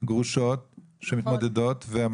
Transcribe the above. גרושות שמתמודדות.